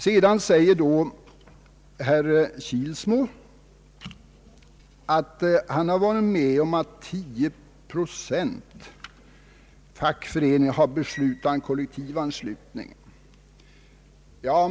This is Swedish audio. Herr Kilsmo säger att han varit med om att 10 procent av en fackförening beslutat om kollektivanslutning.